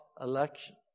election